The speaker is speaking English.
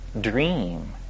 dream